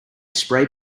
spray